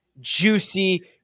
juicy